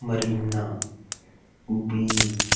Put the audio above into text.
marina beach